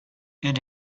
and